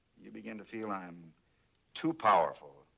you begin to feel i'm too powerful,